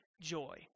joy